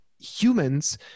humans